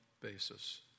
basis